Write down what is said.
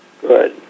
Good